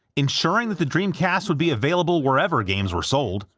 ensuring that the dreamcast would be available wherever games were sold,